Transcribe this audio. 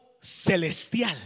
celestial